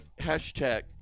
hashtag